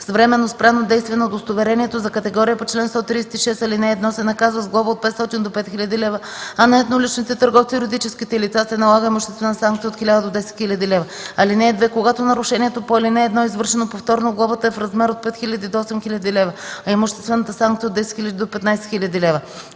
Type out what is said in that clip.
с временно спряно действие на удостоверението за категория по чл. 136, ал. 1, се наказва с глоба от 500 до 5000 лв., а на едноличните търговци и юридическите лица се налага имуществена санкция от 1000 до 10 000 лв. (2) Когато нарушението по ал. 1 е извършено повторно, глобата е в размер от 5000 до 8000 лв., а имуществената санкция – от 10 000 до 15 000 лв.”